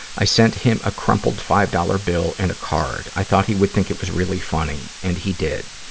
i sent him a crumbled five dollars bill and a card. i thought he would think it was really funny. and he did.